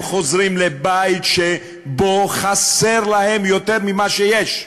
הם חוזרים לבית שבו חסר להם יותר ממה שיש,